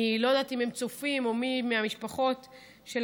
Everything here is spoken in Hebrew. אני לא יודעת אם הן צופות או מי מהמשפחות צופה.